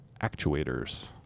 actuators